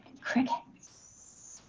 crickets?